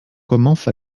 commence